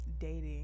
dating